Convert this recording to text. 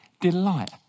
delight